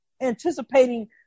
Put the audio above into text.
anticipating